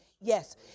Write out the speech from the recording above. Yes